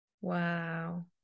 Wow